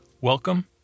welcome